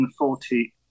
140